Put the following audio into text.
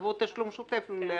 עבור תשלום שוטף.